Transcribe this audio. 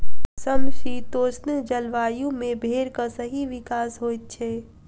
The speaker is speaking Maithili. समशीतोष्ण जलवायु मे भेंड़क सही विकास होइत छै